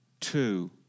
two